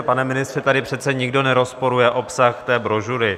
Pane ministře, tady přece nikdo nerozporuje obsah té brožury.